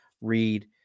read